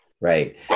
right